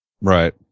Right